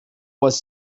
was